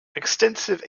extensive